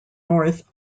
north